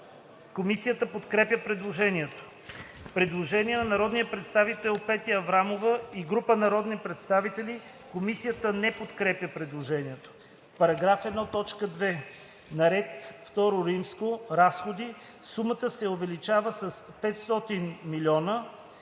Комисията подкрепя предложението. Предложение на народния представител Петя Аврамова и група народни представители. Комисията не подкрепя предложението. „В параграф 1, т. 2: На ред II. „РАЗХОДИ“ сумата се увеличава с 500 000